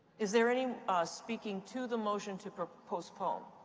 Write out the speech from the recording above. is there any speaking to the motion to postpone?